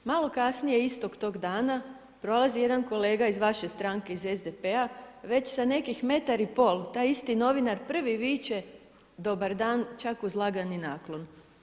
Malo kasnije istog tog dana prolazi jedan kolega iz vaše stranke iz SDP-a već sa nekih metar i pol taj isti novinar prvi viče dobar dan, čak uz lagani naklon.